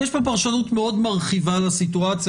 יש פה פרשנות מאוד מרחיבה לסיטואציה.